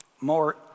More